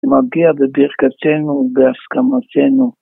‫מגיע בברכתינו, בהסכמתינו